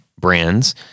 brands